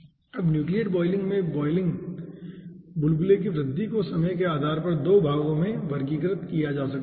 अब nucleate boiling में बुलबुले की वृद्धि को समय के आधार पर 2 भागों में वर्गीकृत किया जा सकता है